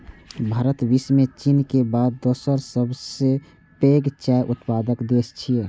भारत विश्व मे चीन के बाद दोसर सबसं पैघ चाय उत्पादक देश छियै